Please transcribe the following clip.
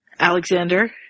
Alexander